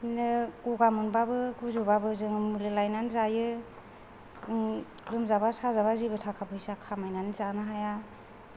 बिदिनो गगा मोनोब्लाबो गुजुब्लाबो जों मुलि लायनानै जायो लोमजाबा साजाबा जेबो थाखा फैसा खामायनानै जानो हाया